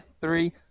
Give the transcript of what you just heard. three